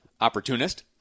opportunist